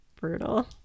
brutal